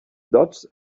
dodges